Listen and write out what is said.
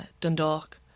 Dundalk